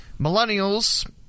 Millennials